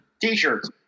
t-shirts